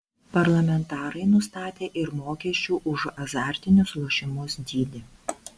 parlamentarai nustatė ir mokesčių už azartinius lošimus dydį